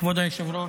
כבוד היושב-ראש,